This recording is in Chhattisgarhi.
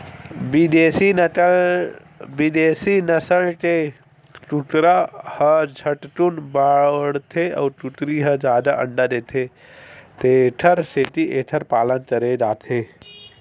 बिदेसी नसल के कुकरा ह झटकुन बाड़थे अउ कुकरी ह जादा अंडा देथे तेखर सेती एखर पालन करे जाथे